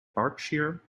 berkshire